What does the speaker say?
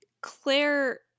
Claire –